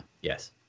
yes